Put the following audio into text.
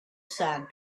sand